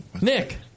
Nick